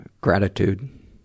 gratitude